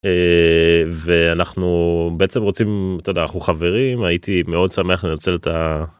אאאא ואנחנו בעצם רוצים אתה יודע אנחנו חברים הייתי מאוד שמח לנצל את ה-